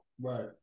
Right